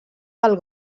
del